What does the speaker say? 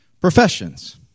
professions